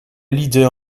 leader